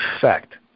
fact